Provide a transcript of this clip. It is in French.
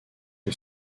que